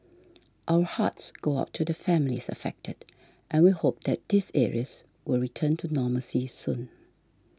our hearts go out to the families affected and we hope that these areas will return to normalcy soon